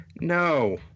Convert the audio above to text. no